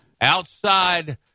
outside